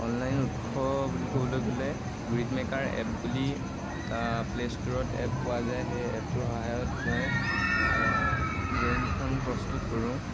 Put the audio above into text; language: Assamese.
অনলাইন উৎস বুলি ক'বলৈ গ'লে গ্ৰিড মেকাৰ এপ বুলি এটা প্লে' ষ্ট'ৰত এপ পোৱা যায় সেই এপটোৰ সহায়ত মই ড্ৰয়িংখন প্ৰস্তুত কৰোঁ